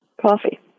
Coffee